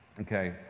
Okay